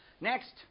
Next